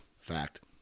Fact